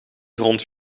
grond